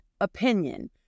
opinion